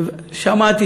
שמעתי,